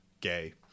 Gay